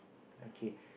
okay